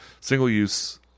single-use